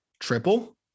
triple